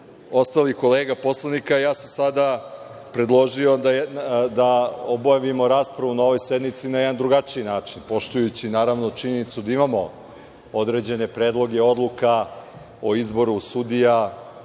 ostalih kolega poslanika, ja sam sada predložio da obavimo raspravu na ovoj sednici na jedan drugačiji način, poštujući činjenicu da imamo određene predloge odluka o izboru sudija